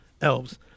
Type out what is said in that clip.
elves